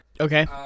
Okay